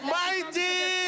mighty